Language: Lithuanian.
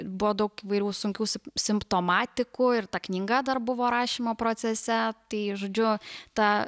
buvo daug įvairių sunkių simptomatikų ir ta knyga dar buvo rašymo procese tai žodžiu ta